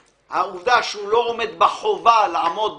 לעובדה שהוא לא עומד בחובה לעשות קורס.